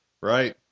Right